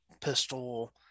pistol